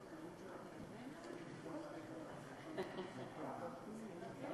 של הכנסת התשע-עשרה יום שלישי,